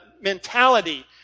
mentality